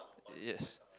yes